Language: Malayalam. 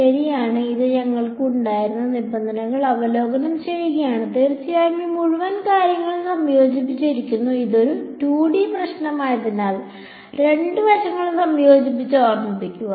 അതിനാൽ ഇത് ഞങ്ങൾക്ക് ഉണ്ടായിരുന്ന നിബന്ധനകൾ അവലോകനം ചെയ്യുകയാണ് തീർച്ചയായും ഈ മുഴുവൻ കാര്യവും സംയോജിപ്പിച്ചിരിക്കുന്നു ഇത് ഒരു 2D പ്രശ്നമായതിനാൽ രണ്ട് വശങ്ങളും സംയോജിപ്പിച്ച് ഓർമ്മിക്കുക